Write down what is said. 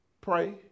pray